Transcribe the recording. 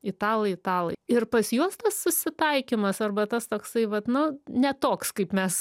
italai italai ir pas juos tas susitaikymas arba tas toksai vat nu ne toks kaip mes